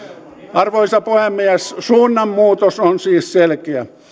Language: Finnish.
arvoisa puhemies suunnanmuutos on siis selkeä